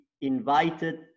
invited